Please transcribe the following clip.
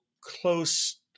close